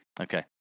Okay